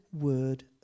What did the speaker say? word